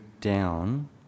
down